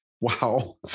wow